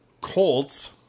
Colts